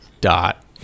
dot